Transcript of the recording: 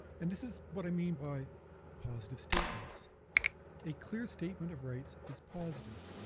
and this is what i mean by positive statements a clear statement of rights is positive